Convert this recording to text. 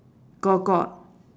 got got